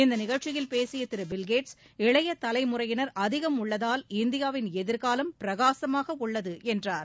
இந்த நிகழ்ச்சியில் பேசிய திரு பில்கேட்ஸ் இளைய தலைமுறையினர் அதிகம் உள்ளதால் இந்தியாவின் எதிர்காலம் பிரகாசமாக உள்ளது என்றார்